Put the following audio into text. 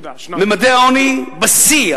ממדי העוני בשיא.